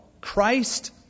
Christ